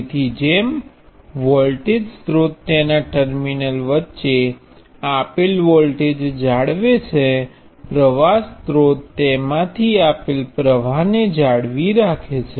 તેથી જેમ વોલ્ટેજ સ્ત્રોત તેના ટર્મિનલ્સ વચ્ચે આપેલ વોલ્ટેજ જાળવે છે પ્રવાહ સ્ત્રોત તેમાંથી આપેલ પ્રવાહ ને જાળવી રાખે છે